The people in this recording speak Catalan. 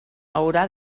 haurà